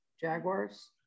Jaguars